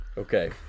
Okay